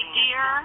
dear